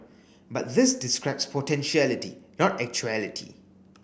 but this describes potentiality not actuality